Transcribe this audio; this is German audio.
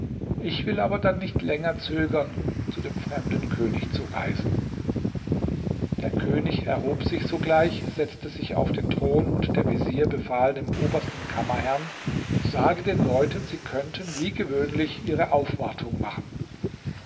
ich will aber dann nicht länger zögern zu dem fremden könig zu reisen der könig erhob sich sogleich setzte sich auf den thron und der vezier befahl dem obersten kammerherrn sage den leuten sie könnten wie gewöhnlich ihre aufwartung machen